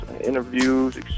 interviews